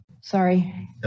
Sorry